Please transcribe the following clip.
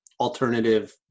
alternative